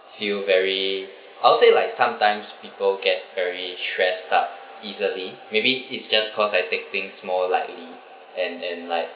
feel very I will say like sometimes people get very stressed up easily maybe is just cause I take things more lightly and then like